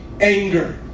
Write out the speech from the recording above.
anger